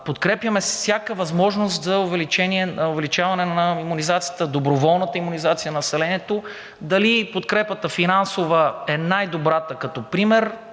подкрепяме всяка възможност за увеличаване на доброволната имунизация на населението, а дали подкрепата – финансова, е най-добрата като пример,